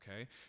Okay